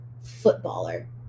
footballer